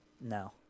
No